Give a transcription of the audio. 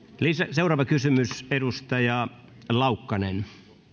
seuraava kysymys edustaja laukkanen